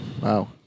Wow